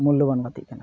ᱢᱩᱞᱞᱚᱵᱟᱱ ᱜᱟᱛᱮᱜ ᱠᱟᱱᱟ